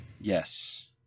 Yes